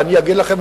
ואני אגיד לכם,